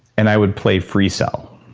and i would play freecell.